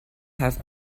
have